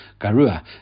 garua